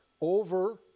over